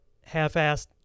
half-assed